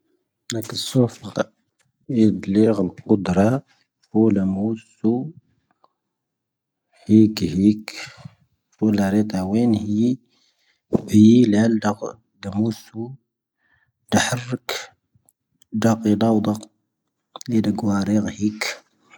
ⵏⴰⴽⵉ ⵙⵓⴼⵀⴰⴼ ⵏⴰ ⵇⴻⵉⴷⵍⴻⴳⵀⴰ ⴽoⴷⵔⴰ. ⴼⵓⵍⴰ ⵎoⵓⵙⵓ. ⵀⴻⵉⴽⵉ ⵀⴻⵉⴽⵉ. ⴼⵓⵍⴰ ⵔⴻⵜⴰ ⵡⴰⵏ ⵀⴻⵉ. ⴻⵢⵉ ⵍⴰⵍⴷⴰ ⴳⴷ ⵎoⵓⵙⵓ. ⴷⵀⴰⵀⴻⵔⴽ. ⴷⴰⵇⴻ ⴷⴰⵡⴷⴰ. ⵍⴻⴳⴻ ⴽⵡⴰ ⵔⴻⴰ ⵀⴰⵉⴽ.